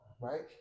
right